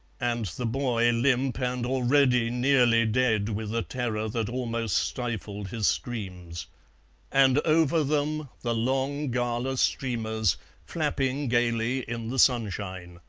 and the boy limp and already nearly dead with a terror that almost stifled his screams and over them the long gala streamers flapping gaily in the sunshine.